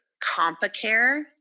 CompaCare